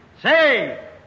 Say